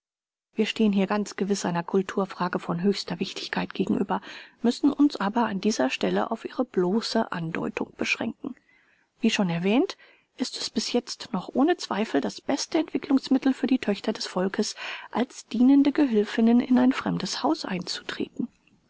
wir stehen hier ganz gewiß einer kulturfrage von höchster wichtigkeit gegenüber müssen uns aber an dieser stelle auf ihre bloße andeutung beschränken wie schon erwähnt ist es bis jetzt noch ohne zweifel das beste entwicklungsmittel für die töchter des volkes als dienende gehülfin in ein fremdes haus einzutreten